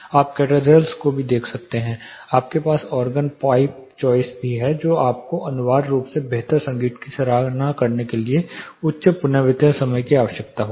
आप कैथेड्रल्स में भी देख सकते हैं कि आपके पास ऑर्गन पाइप चॉइस भी हैं जो आपको अनिवार्य रूप से बेहतर संगीत की सराहना करने के लिए उच्च पुनर्वितरण समय की आवश्यकता होगी